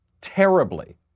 terribly